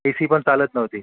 ए C पण चालत नव्हती